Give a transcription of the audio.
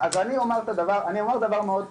אז אני אומר דבר מאוד פשוט.